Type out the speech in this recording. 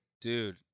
Dude